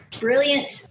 brilliant